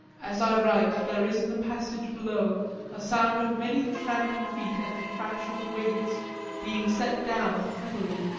as i write there is in the passage below a sound of many tramping feet and the crash of weights being set down heavily,